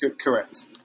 Correct